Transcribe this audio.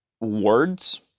words